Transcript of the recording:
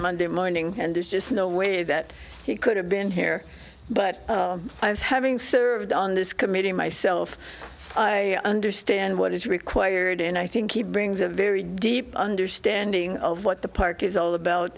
monday morning and there's just no way that he could have been here but i was having served on this committee myself i understand what is required and i think he brings a very deep understanding of what the park is all about